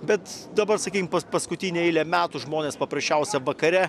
bet dabar sakykim pas paskutinę eilę metų žmonės paprasčiausia vakare